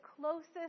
closest